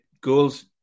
goals